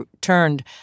turned